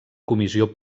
comissió